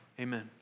Amen